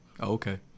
Okay